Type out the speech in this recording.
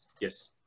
yes